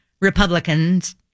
Republicans